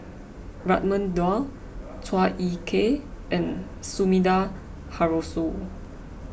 Raman Daud Chua Ek Kay and Sumida Haruzo